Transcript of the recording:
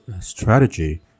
strategy